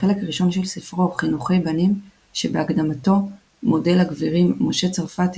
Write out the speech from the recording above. וחלק ראשון של ספרו "חינוכי בנים" שבהקדמתו מודה לגבירים משה צרפתי